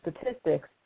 statistics